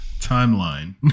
timeline